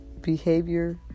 behavior